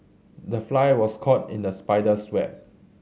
the fly was caught in the spider's web